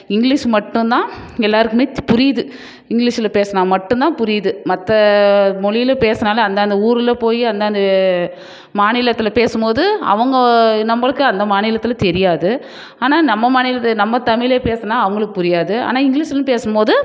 English மட்டும்தான் எல்லாருக்குமே புரியுது இங்கிலீஷில் பேசுனால் மட்டும்தான் புரியுது மற்ற மொழியில் பேசினாலே அந்தந்த ஊரில் போய் அந்தந்த மாநிலத்தில் பேசும்போது அவங்க நம்பளுக்கு அந்த மாநிலத்தில் தெரியாது ஆனால் நம்ம மாநிலத்து நம்ம தமிழ் பேசினா அவங்களுக்கு புரியாது ஆனால் இங்கிலீஷுலன்னு பேசும்போது